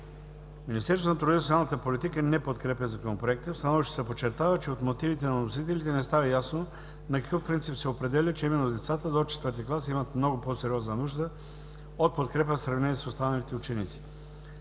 Министерството на труда и социалната политика не подкрепя Законопроекта. В становището се подчертава, че от мотивите на вносителите не става ясно на какъв принцип се определя, че именно децата до четвърти клас имат много по-сериозна нужда от подкрепа в сравнение с останалите ученици.